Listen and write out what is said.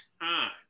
time